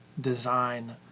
design